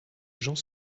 gens